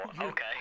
okay